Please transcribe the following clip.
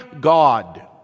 God